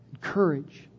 courage